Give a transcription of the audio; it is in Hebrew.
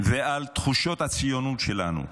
ועל תחושות הציונות שלנו,